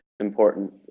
important